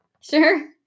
Sure